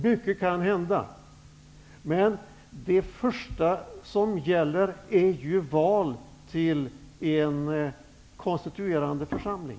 Mycket kan hända. Det första som gäller är val till en konstituerande församling.